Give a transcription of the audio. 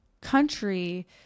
country